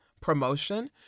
promotion